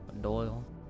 Doyle